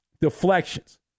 deflections